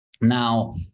Now